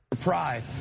...pride